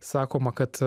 sakoma kad